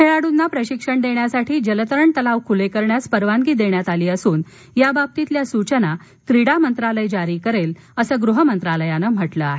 खेळाडूंना प्रशिक्षण देण्यासाठी जलतरण तलाव खुले करण्यास परवानगी देण्यात आली असून याबाबतीतल्या सुचना क्रीडामंत्रालय जारी करेल असं गृहमंत्रालयान म्हटलं आहे